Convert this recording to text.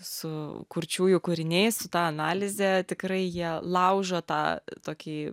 su kurčiųjų kūriniais su ta analize tikrai jie laužo tą tokį